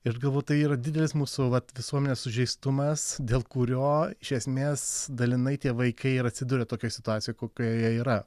ir galbūt tai yra didelis mūsų va visuomenės sužeistumas dėl kurio iš esmės dalinai tie vaikai ir atsiduria tokioj situacijoj kokioje jie yra